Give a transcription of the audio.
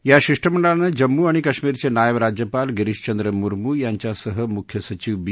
या शिष्टमंडळानं जम्मू आणि कश्मीरचे नायब राज्यपाल गिरीशचंद्र मुर्मू यांच्यासह मुख्य सचीव बी